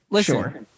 Sure